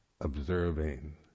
observing